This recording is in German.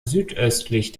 südöstlich